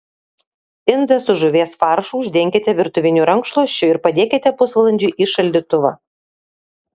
indą su žuvies faršu uždenkite virtuviniu rankšluosčiu ir padėkite pusvalandžiui į šaldytuvą